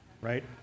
right